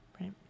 Right